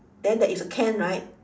then there is a can right